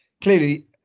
Clearly